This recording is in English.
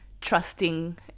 trusting